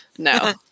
No